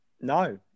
No